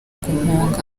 guhunga